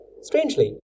Strangely